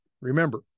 Remember